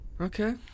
Okay